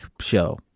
show